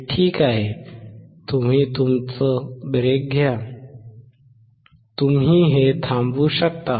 ते ठीक आहे तुम्ही तुमचा ब्रेक घ्या तुम्ही हे थांबवू शकता